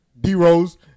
D-Rose